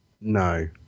No